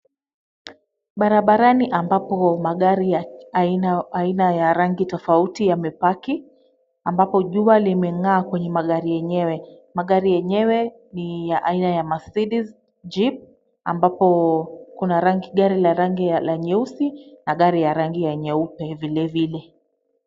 Barabarani ambapo magari ya aina ya rangi tofauti yamepaki ,ambapo jua limeng'aa kwenye magari yenyewe, magari yenyewe ni aina ya Mercedes, Jeep ambapo kuna gari ya rangi la nyeusi na ya rangi nyeupe vilevile.